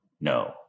No